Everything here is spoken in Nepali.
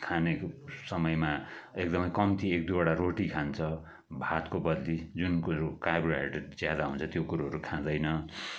खाने समयमा एकदमै कम्ती एक दुईवटा रोटी खान्छ भातको बदली जुन कुरो कार्बोहाइड्रेट ज्यादा हुन्छ त्यो कुरोहरू खाँदैन